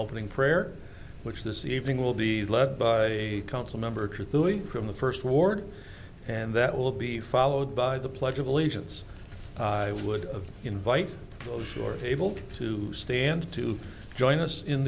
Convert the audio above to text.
opening prayer which this evening will be led by a council member through it from the first ward and that will be followed by the pledge of allegiance i would invite those who are able to stand to join us in